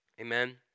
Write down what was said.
Amen